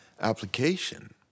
application